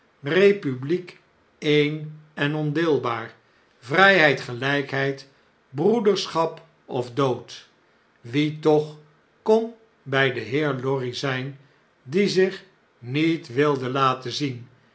eepubliek ie'n en ondeelbaar vrijheid geljjkheid broederschap of dood wie toch kon bij den heer lorry zp die zich niet wilde laten zien